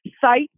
site